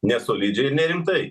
nesolidžiai ir nerimtai